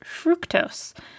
fructose